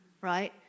right